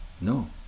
No